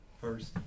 first